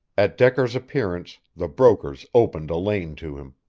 at decker's appearance the brokers opened a lane to him,